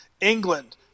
England